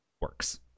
works